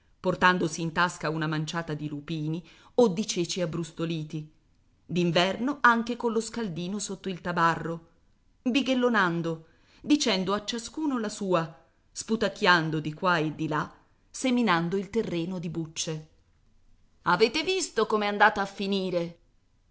portandosi in tasca una manciata di lupini o di ceci abbrustoliti d'inverno anche con lo scaldino sotto il tabarro bighellonando dicendo a ciascuno la sua sputacchiando di qua e di là seminando il terreno di bucce avete visto com'è andata a finire